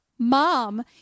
Mom